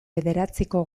bederatziko